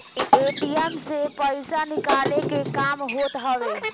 ATM से पईसा निकाले के काम होत हवे